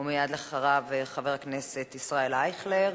ומייד אחריו, חבר הכנסת ישראל אייכלר.